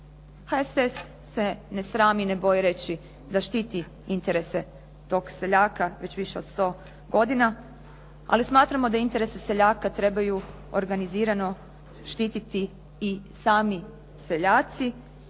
HSS se ne srami, ne boji reći da štiti interese tog seljaka već više od sto godina, ali smatramo da interesi seljaka trebaju organizirano štititi i sami seljaci